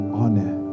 honor